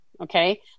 okay